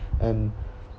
and